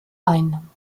ein